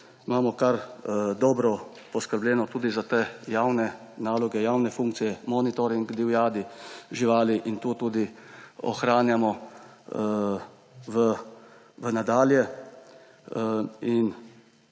kar dobro poskrbljeno tudi za te javne naloge, javne funkcije, monitoring divjadi, živali, in to tudi ohranjamo v nadalje.